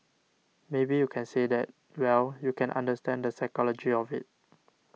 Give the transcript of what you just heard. maybe you can say that well you can understand the psychology of it